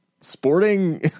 sporting